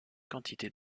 quantités